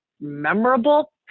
memorable